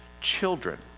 children